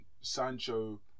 Sancho